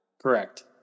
Correct